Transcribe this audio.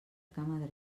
cama